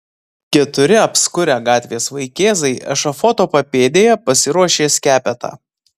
keturi apskurę gatvės vaikėzai ešafoto papėdėje pasiruošė skepetą